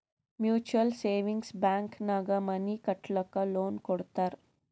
mutual savings bank ನಾಗ್ money ಕಟ್ಟಲಕ್ಕ್ loan ಕೊಡ್ತಾರ್